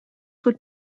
would